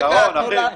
יתרון אחד.